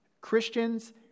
Christians